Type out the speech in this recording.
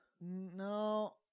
No